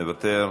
מוותר,